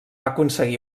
aconseguir